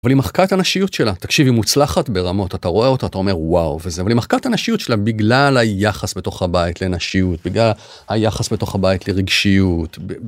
אבל היא מחקה את הנשיות שלה. תקשיב, היא מוצלחת ברמות. אתה רואה אותה אתה אומר וואו וזה. אבל היא מחקה את הנשיות שלה בגלל היחס בתוך הבית לנשיות בגלל היחס בתוך הבית לרגשיות.